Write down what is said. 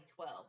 2012